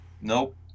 Nope